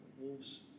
Wolves